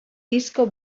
disko